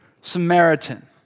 Samaritan